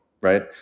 right